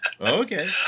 Okay